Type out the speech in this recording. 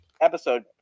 episode